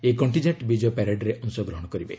ଏହି କଣ୍ଟିଜେଣ୍ଟ ବିଜୟ ପ୍ୟାରେଡ୍ରେ ଅଂଶଗ୍ରହଣ କରିବେ